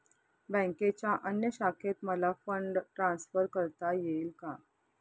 बँकेच्या अन्य शाखेत मला फंड ट्रान्सफर करता येईल का?